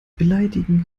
beleidigen